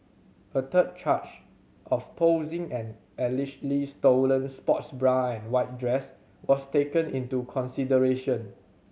a third charge of posing an allegedly stolen sports bra and white dress was taken into consideration